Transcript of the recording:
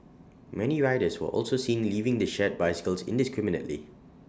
many riders were also seen leaving the shared bicycles indiscriminately